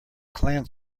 clan